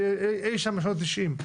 אי שם בשנות ה-90.